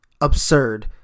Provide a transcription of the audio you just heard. absurd